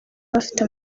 bafite